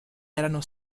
erano